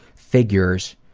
figures